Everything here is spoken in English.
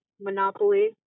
Monopoly